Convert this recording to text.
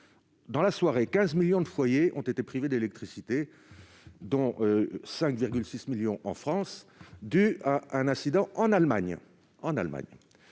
4 novembre 2006, 15 millions de foyers ont été privés d'électricité, dont 5,6 millions en France, du fait d'un incident en Allemagne.